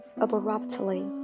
abruptly